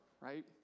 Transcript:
right